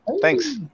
Thanks